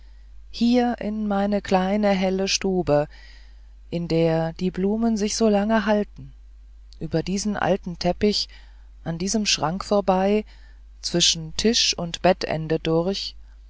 hier in meine kleine helle stube in der die blumen sich so lange halten über diesen alten teppich an diesem schrank vorbei zwischen tisch und bettende durch